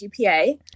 GPA